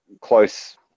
close